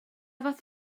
fath